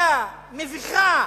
דהויה ומביכה